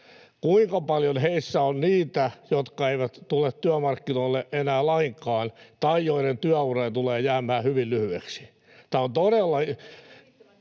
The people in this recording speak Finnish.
Kuinka paljon heissä on niitä, jotka eivät tule työmarkkinoille enää lainkaan tai joiden työura tulee jäämään hyvin lyhyeksi? [Anneli